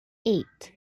eight